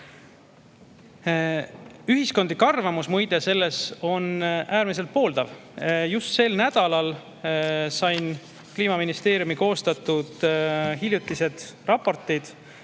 Ühiskondlik arvamus, muide, on äärmiselt pooldav. Just sel nädalal sain Kliimaministeeriumi koostatud hiljutised raportid